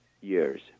years